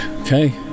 okay